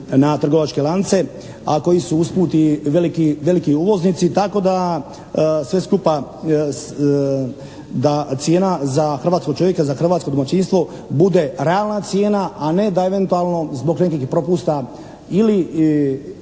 na trgovačke lance, a koji su usput i veliki uvoznici, tako da sve skupa, da cijena za hrvatskog čovjeka, za hrvatsko domaćinstvo bude realna cijena a ne da eventualno zbog nekih propusta ili